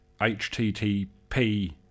HTTP